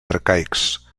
arcaics